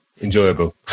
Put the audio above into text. enjoyable